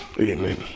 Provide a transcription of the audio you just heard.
Amen